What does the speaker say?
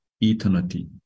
eternity